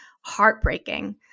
heartbreaking